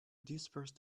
disperse